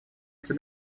эти